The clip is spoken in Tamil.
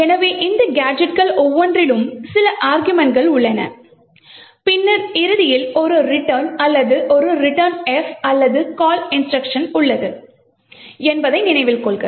எனவே இந்த கேஜெட்கள் ஒவ்வொன்றிலும் சில அருகுமெண்ட்கள் உள்ளன பின்னர் இறுதியில் ஒரு return அல்லது ஒரு returnf அல்லது call இன்ஸ்ட்ருக்ஷன் உள்ளது என்பதை நினைவில் கொள்க